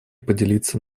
поделиться